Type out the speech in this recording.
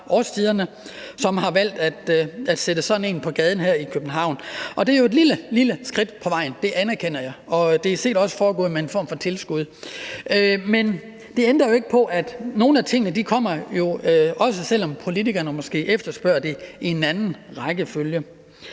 som har valgt at sætte sådan en på gaden her i København. Det er jo et lillebitte skridt på vejen; det anerkender jeg. Det er sikkert også foregået med en form for tilskud. Men det ændrer jo ikke på, at nogle af tingene også kommer, selv om politikerne måske efterspørger det i en anden rækkefølge.